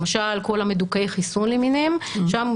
למשל כל מדוכאי החיסון למיניהם שם,